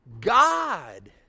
God